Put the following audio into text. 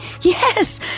yes